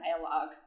dialogue